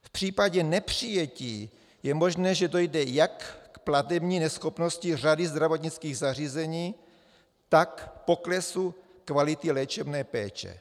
V případě nepřijetí je možné, že dojde jak k platební neschopnosti řady zdravotnických zařízení, tak k poklesu kvality léčebné péče.